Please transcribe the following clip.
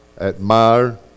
admire